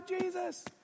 Jesus